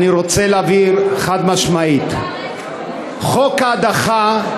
אני רוצה להבהיר חד-משמעית שחוק ההדחה,